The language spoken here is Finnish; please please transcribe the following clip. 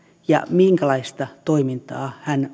ja minkälaista toimintaa hän